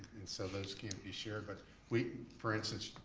and so those can be shared. but we, for instance,